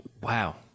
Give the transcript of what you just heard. wow